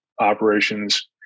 operations